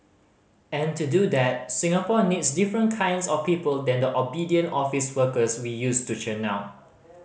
and to do that Singapore needs different kinds of people than the obedient office workers we used to churn out